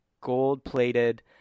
gold-plated